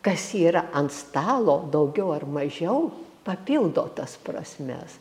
kas yra ant stalo daugiau ar mažiau papildo tas prasmes